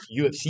UFC